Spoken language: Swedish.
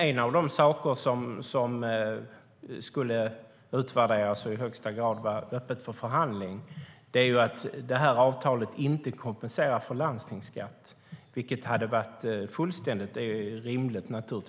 En av de saker som skulle utvärderas och som i högsta grad var öppen för förhandling är att avtalet inte kompenserar för landstingsskatt, vilket hade varit fullständigt rimligt.